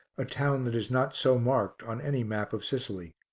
a town that is not so marked on any map of sicily.